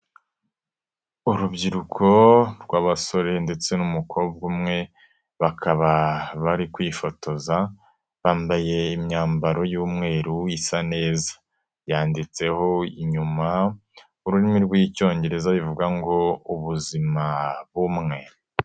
Urubyiruko rw'abasore ndetse n'umukobwa umwe, bakaba bari kwifotoza, bambaye imyambaro y'umweru, isa neza. Yanditseho inyuma, ururimi rw'Icyongereza ruvuga ngo ubuzima bumwe.